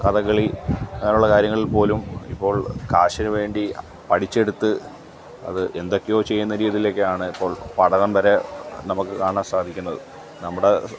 കഥകളി അങ്ങനെയുള്ള കാര്യങ്ങളിൽ പോലും ഇപ്പോൾ കാശിനുവേണ്ടി പടിച്ചെടുത്ത് അത് എന്തൊക്കെയോ ചെയ്യുന്ന രീതിലേയ്ക്കാണ് ഇപ്പോൾ പഠനം വരെ നമുക്ക് കാണാൻ സാധിക്കുന്നത് നമ്മുടെ